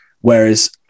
whereas